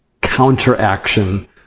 counteraction